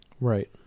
Right